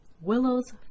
Willow's